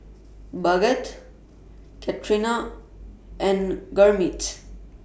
Bhagat Ketna and Gurmeet